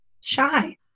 shy